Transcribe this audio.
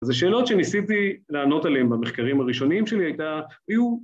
אז השאלות שניסיתי לענות עליהן במחקרים הראשוניים שלי היו